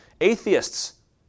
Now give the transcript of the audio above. atheists